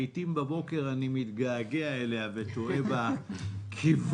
לעיתים בבוקר אני מתגעגע אליה וטועה בכיוון.